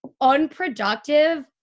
unproductive